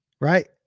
Right